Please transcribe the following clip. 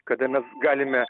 kada mes galime